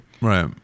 Right